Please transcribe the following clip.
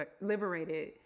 liberated